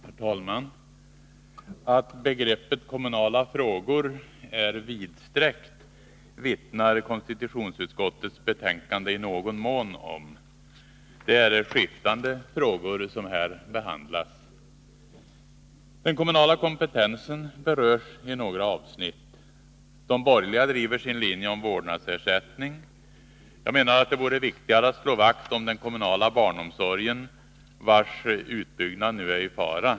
Herr talman! Att begreppet kommunala frågor är vidsträckt vittnar konstitutionsutskottets betänkande i någon mån om. Det är skiftande frågor som där behandlas. Den kommunala kompetensen berörs i några avsnitt. De borgerliga driver sin linje om vårdnadsersättning. Det vore viktigare att slå vakt om den kommunala barnomsorgen, vars utbyggnad nu är i fara.